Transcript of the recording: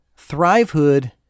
Thrivehood